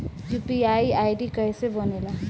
UPI ID कैसे बनेला?